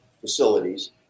facilities